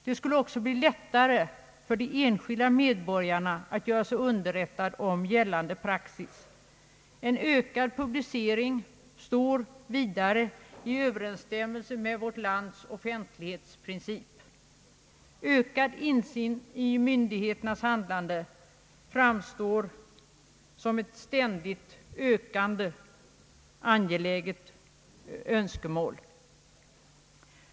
Det skulle också bli lättare för de enskilda medborgarna att skaffa sig kunskap om gällande praxis. En ökad publicering står vidare i överensstämmelse med vårt lands offentlighetsprincip. Ökad insyn i myndigheternas handlande framstår som ett ständigt ökande och angeläget önskemål.